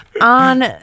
on